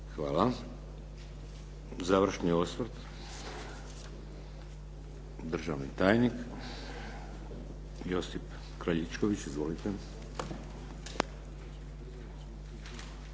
Hvala. Završni osvrt. Državni tajnik Josip Kraljičković. Izvolite.